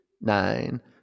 nine